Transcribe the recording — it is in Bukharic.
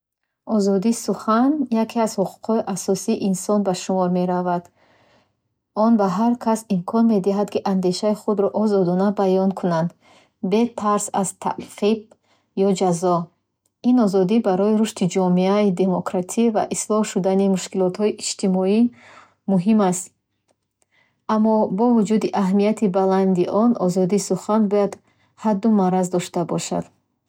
Озодии сухан яке аз ҳуқуқҳои асосии инсон ба шумор меравад. Он ба ҳар кас имкон медиҳад, ки андешаи худро озодона баён кунад, бе тарс аз таъқиб ё ҷазо. Ин озодӣ барои рушди ҷомеаи демократӣ ва ислоҳ шудани мушкилоти иҷтимоӣ муҳим аст. Аммо, бо вуҷуди аҳамияти баланди он, озодии сухан бояд ҳадду марз дошта бошад.